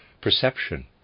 Perception